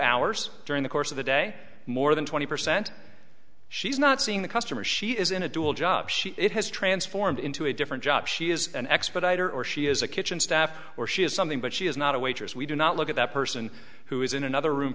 hours during the course of the day more than twenty percent she's not seeing the customer she is in a dual job she has transformed into a different job she is an expert either or she is a kitchen staff or she is something but she is not a waitress we do not look at that person who is in another room